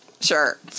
Sure